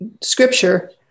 scripture